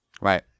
Right